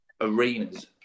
arenas